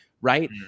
right